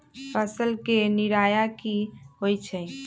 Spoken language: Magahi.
फसल के निराया की होइ छई?